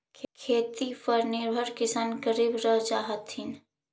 खेती पर निर्भर किसान गरीब रह जा हथिन